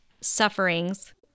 sufferings